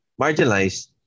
marginalized